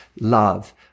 love